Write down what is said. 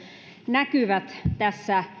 näkyvät tässä